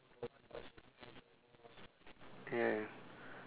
yeah